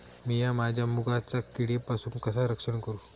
मीया माझ्या मुगाचा किडीपासून कसा रक्षण करू?